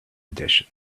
edition